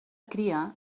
cria